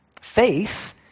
Faith